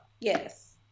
Yes